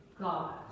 God